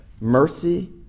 mercy